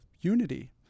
unity